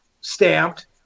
stamped